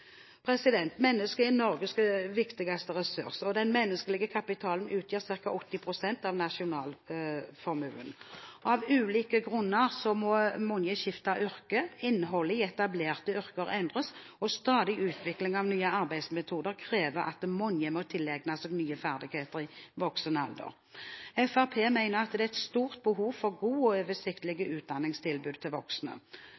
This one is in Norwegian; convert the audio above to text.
Mennesker er Norges viktigste ressurs, og den menneskelige kapitalen utgjør ca. 80 pst. av nasjonalformuen. Av ulike grunner må mange skifte yrke, innholdet i etablerte yrker endres, og stadig utvikling av nye arbeidsmetoder krever at mange må tilegne seg nye ferdigheter i voksen alder. Fremskrittspartiet mener at det er stort behov for gode og